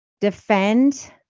defend